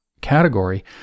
category